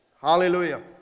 hallelujah